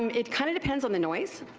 um it kind of depends on the noise,